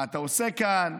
מה אתה עושה כאן,